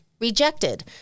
rejected